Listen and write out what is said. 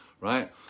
right